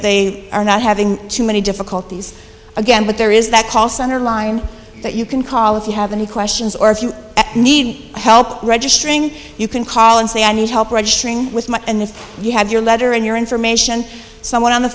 they are not having too many difficulties again but there is that call center line that you can call if you have any questions or if you need help registering you can call and say i need help registering with and if you have your letter in your information someone on the